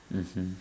mmhmm